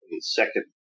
second